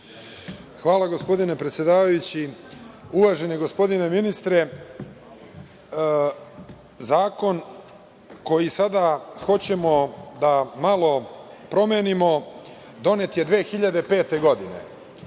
Hvala gospodine predsedavajući. Uvaženi gospodine ministre, zakon koji sada hoćemo da malo promenimo donet je 2005. godine.